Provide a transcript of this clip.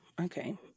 Okay